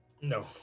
No